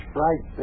right